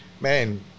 man